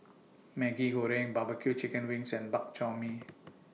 Maggi Goreng Barbecue Chicken Wings and Bak Chor Mee